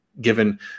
given